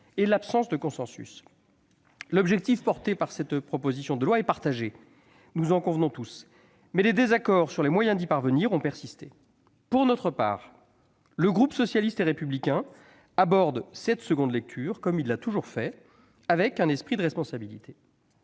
et l'absence de consensus. L'objectif qui sous-tend cette proposition de loi est partagé. Nous en convenons tous. Mais les désaccords sur les moyens d'y parvenir ont persisté. Pour sa part, le groupe socialiste et républicain aborde cette seconde lecture comme il l'a toujours fait, avec un esprit de responsabilité.